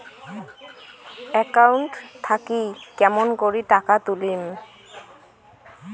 Account থাকি কেমন করি টাকা তুলিম?